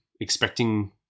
expecting